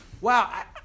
Wow